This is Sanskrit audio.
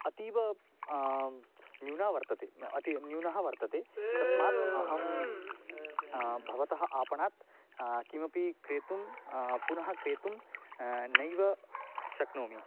अतीव न्यूनः वर्तते म् अति न्यूनः वर्तते तस्मात् अहं भवतः आपणात् किमपि क्रेतुं पुनः क्रेतुं नैव शक्नोमि